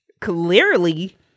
Clearly